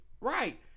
Right